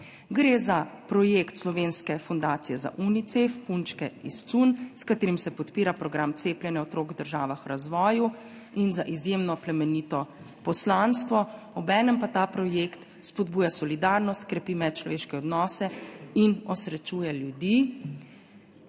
Gre za projekt Slovenske fundacije za Unicef Punčke iz cunj, s katerim se podpira program cepljenja otrok v državah v razvoju, in za izjemno plemenito poslanstvo. Obenem pa ta projekt spodbuja solidarnost, krepi medčloveške odnose in osrečuje ljudi